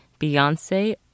Beyonce